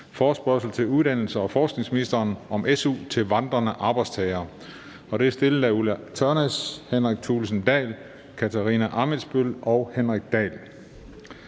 Forespørgsel til uddannelses- og forskningsministeren om su til vandrende arbejdstagere. Af Ulla Tørnæs (V), Jens Henrik Thulesen Dahl (DF), Katarina Ammitzbøll (KF) og Henrik Dahl